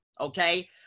okay